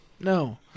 No